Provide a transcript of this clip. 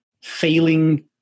failing